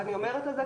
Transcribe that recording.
אני אומרת את זה,